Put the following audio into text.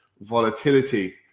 volatility